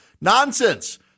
Nonsense